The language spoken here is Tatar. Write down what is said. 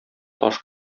таш